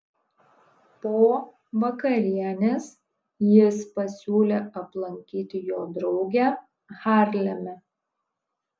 po vakarienės jis pasiūlė aplankyti jo draugę harleme